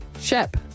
SHIP